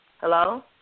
Hello